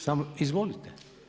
Samo, izvolite.